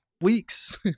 weeks